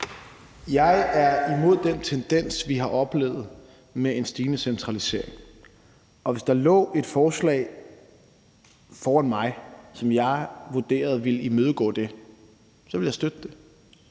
Jeg er imod den tendens, vi har oplevet, med en stigende centralisering, og hvis der lå et forslag foran mig, som jeg vurderede ville imødegå det, ville jeg støtte det.